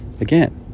again